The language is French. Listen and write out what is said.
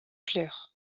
clair